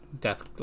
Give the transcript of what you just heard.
death